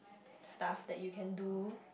stuff that you can do